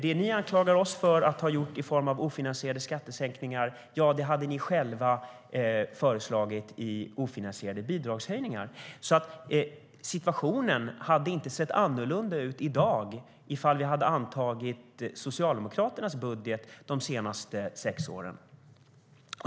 Den ni anklagar oss för att ha gjort i form av ofinansierade skattesänkningar har ni själva föreslagit i form av ofinansierade bidragshöjningar. Situationen hade inte sett annorlunda ut i dag ifall vi hade antagit Socialdemokraternas budgetar de senaste sex åren.